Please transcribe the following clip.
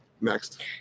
next